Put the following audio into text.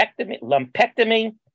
lumpectomy